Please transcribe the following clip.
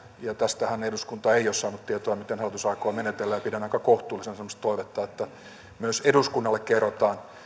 tästähän eduskunta ei ole saanut tietoa miten hallitus aikoo menetellä pidän aika kohtuullisena semmoista toivetta että myös eduskunnalle kerrotaan